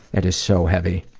that is so heavy.